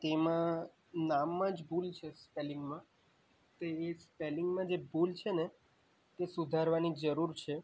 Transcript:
તેમાં નામ જ ભૂલ છે સ્પેલિંગમાં તેની સ્પેલિંગમાં જે ભૂલ છે ને તે સુધારવાની જરૂર છે